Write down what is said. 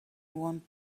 want